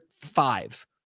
five